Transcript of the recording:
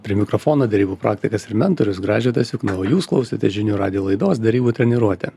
prie mikrofono derybų praktikas ir mentorius gražvydas jukna o jūs klausote žinių radijo laidos derybų treniruotė